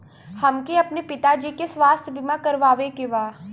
हमके अपने पिता जी के स्वास्थ्य बीमा करवावे के बा?